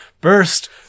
burst